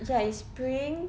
ya it's spring